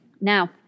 now